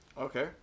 Okay